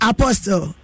Apostle